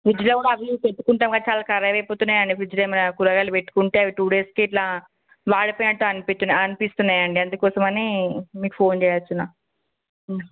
ఫ్రిజ్జులో కూడా అవీ ఇవీ పెట్టుకుంటాంగా చాలా ఖరాబ్ అయిపోతున్నాయి అండి ఫ్రిజ్జులో ఏమైనా కూరగాయలు పెట్టుకుంటే అవి టూ డేస్కే ఇట్లా మాడిపోయినట్టు అనిపిస్తున్న అనిపిస్తున్నాయి అండి అందుకోసమనీ మీకు ఫోన్ చేయుచున్నాను